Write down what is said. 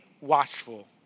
watchful